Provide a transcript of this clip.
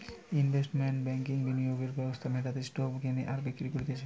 investment ব্যাংকিংবিনিয়োগ ব্যবস্থা যেটাতে স্টক কেনে আর বিক্রি করতিছে